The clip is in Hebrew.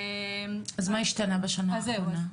אז מה השתנה בשנה האחרונה?